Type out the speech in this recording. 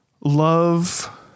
love